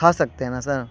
کھا سکتے ہیں نا سر